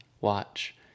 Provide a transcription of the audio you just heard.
watch